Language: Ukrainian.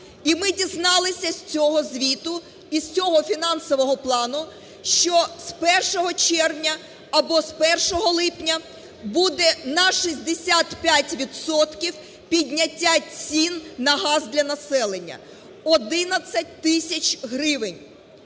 І ми дізналися з цього звіту, з цього фінансового плану, що з 1 червня або з 1 липня буде на 65 відсотків підняття цін на газ для населення- 11 тисяч гривень,